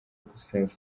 gusinya